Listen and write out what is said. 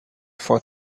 for